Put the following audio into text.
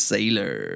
Sailor